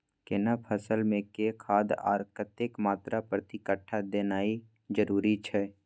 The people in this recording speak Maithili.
केना फसल मे के खाद आर कतेक मात्रा प्रति कट्ठा देनाय जरूरी छै?